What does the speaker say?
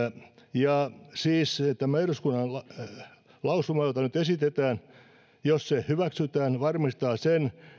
ja jos siis tämä eduskunnan lausuma jota nyt esitetään hyväksytään se varmistaa sen